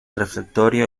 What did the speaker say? refectorio